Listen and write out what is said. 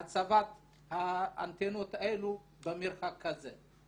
הצבת האנטנות האלו במרחק כזה.